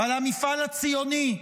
על המפעל הציוני,